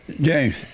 James